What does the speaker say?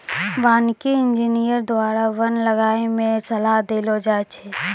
वानिकी इंजीनियर द्वारा वन लगाय मे सलाह देलो जाय छै